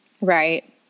Right